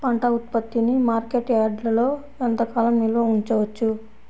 పంట ఉత్పత్తిని మార్కెట్ యార్డ్లలో ఎంతకాలం నిల్వ ఉంచవచ్చు?